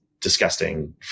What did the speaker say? disgusting